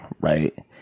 right